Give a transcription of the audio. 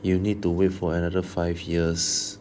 you need to wait for another five years